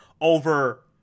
over